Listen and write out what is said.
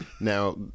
Now